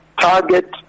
target